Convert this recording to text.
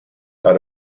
out